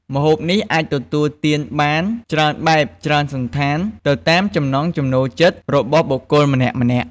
ម្ហូបនេះអាចទទួលទានបានច្រើនបែប ច្រើនសណ្ឋានទៅតាមចំណង់ចំណូលចិត្តរបស់បុគ្គលម្នាក់ៗ។